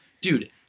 Dude